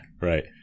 Right